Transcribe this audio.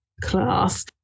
class